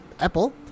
Apple